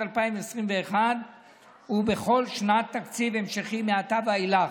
2021 ובכל שנת תקציב המשכי מעתה ואילך.